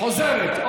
חוזרת.